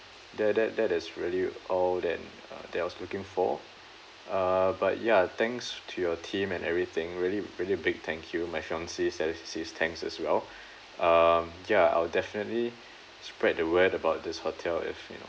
that that that is really all then uh that was looking for uh but ya thanks to your team and everything really really big thank you my fiancee says says thanks as well um ya I'll definitely spread the word about this hotel if you know